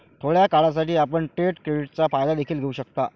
थोड्या काळासाठी, आपण ट्रेड क्रेडिटचा फायदा देखील घेऊ शकता